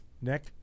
Nick